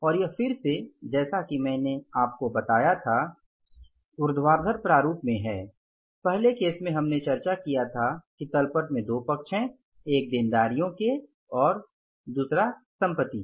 और यह फिर से जैसा कि मैंने आपको बताया था ऊर्ध्वाधर प्रारूप में है पहले केस में हमने चर्चा किया था कि तल पट में दो पक्ष हैं एक देनदारियों और पूंजी है और दूसरा संपत्ति है